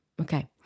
Okay